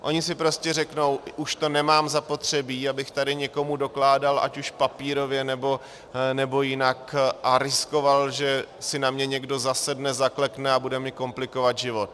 Oni si prostě řeknou: už to nemám zapotřebí, abych tady někomu dokládal, ať už papírově, nebo jinak, a riskoval, že si na mě někdo zasedne, zaklekne a bude mi komplikovat život.